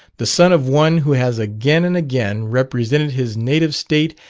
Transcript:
the son of one who has again and again represented his native state,